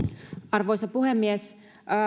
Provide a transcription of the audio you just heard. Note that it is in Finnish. arvoisa puhemies